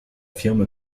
firme